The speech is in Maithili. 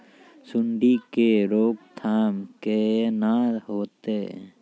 सुंडी के रोकथाम केना होतै?